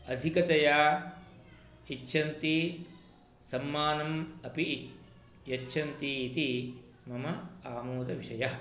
अधिकतया इच्छन्ति सम्माननम् अपि यच्छन्ति इति मम आमोदविषयः